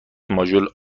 ماژول